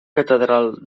catedral